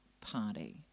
Party